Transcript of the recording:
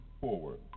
forward